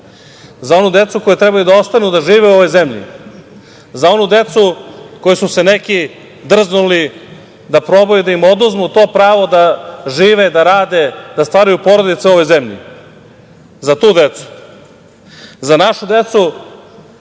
za onu decu koja treba da ostanu da žive u ovoj zemlji, za onu decu koju su se neki drznuli da probaju da im oduzmu to pravo da žive, da rade i stvaraju porodicu u ovoj zemlji. Za tu decu, za našu decu,